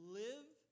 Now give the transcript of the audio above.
live